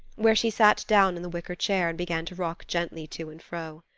where she sat down in the wicker chair and began to rock gently to and fro.